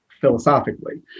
philosophically